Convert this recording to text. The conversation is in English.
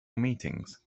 meetings